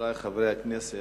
חברי חברי הכנסת,